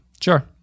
Sure